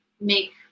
make